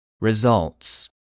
Results